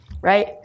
Right